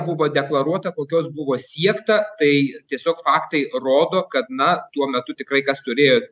buvo deklaruota kokios buvo siekta tai tiesiog faktai rodo kad na tuo metu tikrai kas turėjo